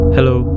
Hello